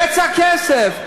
--- בצע כסף.